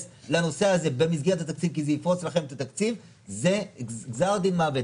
לנושא הזה במסגרת התקציב כי זה יפרוץ לכם את התקציב זה גזר דין מוות,